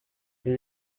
iyo